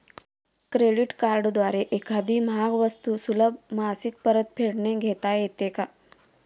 Credit कार्डद्वारे एखादी महागडी वस्तू सुलभ मासिक परतफेडने घेता येते का?